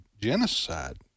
genocide